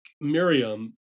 Miriam